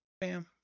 bam